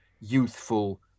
youthful